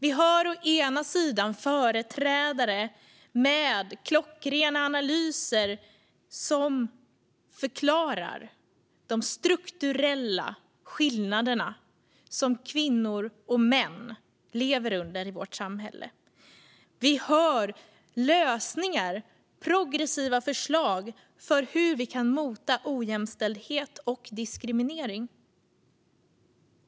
Å ena sidan hör vi företrädare med klockrena analyser som förklarar de strukturella skillnader som kvinnor och män i vårt samhälle lever med. Vi hör progressiva förslag på hur vi kan mota ojämställdhet och diskriminering.